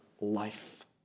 life